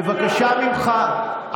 בבקשה ממך,